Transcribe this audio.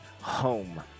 home